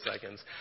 seconds